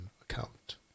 account